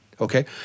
Okay